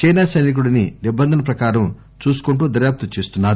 China సైనికుడిని నిబంధన ప్రకారం చూసుకుంటూ దర్యాప్తు చేస్తున్నారు